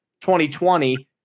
2020